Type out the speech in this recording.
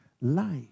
life